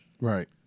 Right